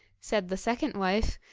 said the second wife,